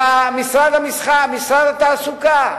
ומשרד התעסוקה,